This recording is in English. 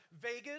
Vegas